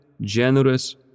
generous